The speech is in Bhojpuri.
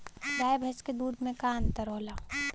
गाय भैंस के दूध में का अन्तर होला?